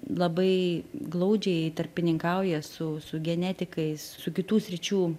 labai glaudžiai tarpininkauja su su genetikais su kitų sričių